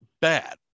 bad